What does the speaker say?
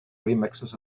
remixes